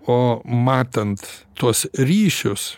o matant tuos ryšius